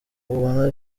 ubona